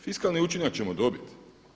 Fiskalni učinak ćemo dobiti.